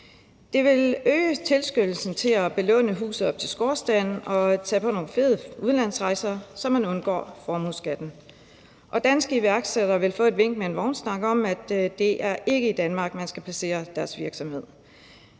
Det vil øge tilskyndelsen til at belåne huset op til skorstenen og tage på nogle fede udlandsrejser, så man undgår formueskatten, og danske iværksættere vil få et vink med en vognstang om, at det ikke er i Danmark, man skal placere sin virksomhed.